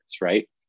right